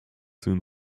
soon